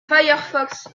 firefox